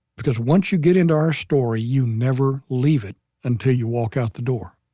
because once you get into our story, you never leave it until you walk out the door